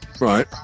Right